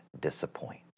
disappoint